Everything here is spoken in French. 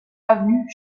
avenue